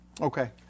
Okay